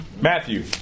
Matthew